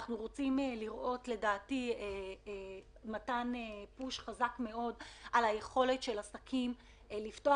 אנחנו רוצים לראות מתן פוש חזק מאוד על היכולת של עסקים לפתוח